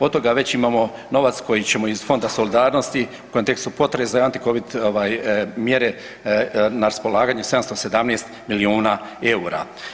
Od toga već imamo novac koji ćemo iz Fonda solidarnosti u kontekstu potresa i anti covid mjere na raspolaganje 717 milijuna eura.